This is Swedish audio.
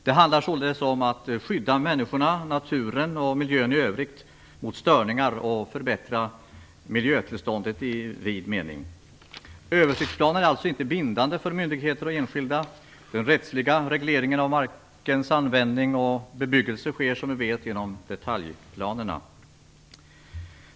Det handlar således om att skydda människorna, naturen och miljön i övrigt mot störningar och om att förbättra miljötillståndet i vid mening. Översiktsplanen är alltså inte bindande för myndigheter och enskilda. Den rättsliga regleringen av markens användning och bebyggelse sker, som vi vet, genom detaljplanerna.